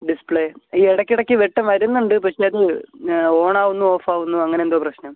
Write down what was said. display ഈ ഇടയ്ക്കിടയ്ക്ക് വെട്ടം വരുന്നുണ്ട് പക്ഷെ അത് ഓണ് ആവുന്നു ഓഫ് ആവുന്നു അങ്ങനെ എന്തോ പ്രശ്നം